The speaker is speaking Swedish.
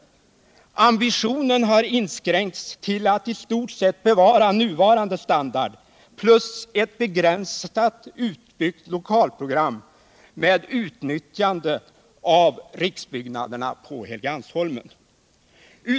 Ambitionen har inskränkts till att i stort sett bevara nuvarande standard plus en begränsad utbyggnad med utnyttjande av riksbyggnaderna på Helgeandsholmen.